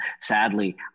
Sadly